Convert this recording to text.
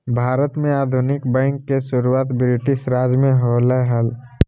भारत में आधुनिक बैंक के शुरुआत ब्रिटिश राज में होलय हल